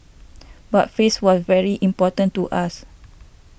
but face was very important to us